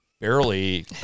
Barely